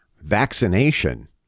vaccination